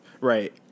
Right